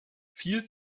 viel